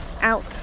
out